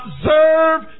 Observe